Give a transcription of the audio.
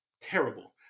terrible